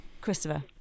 Christopher